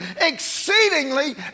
exceedingly